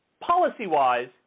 policy-wise